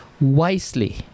wisely